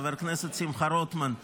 חבר הכנסת שמחה רוטמן,